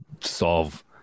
solve